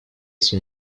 son